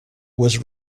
was